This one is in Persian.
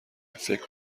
فکر